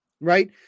right